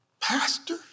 pastor